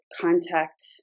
contact